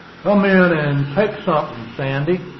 come in and take sunthin', sandy,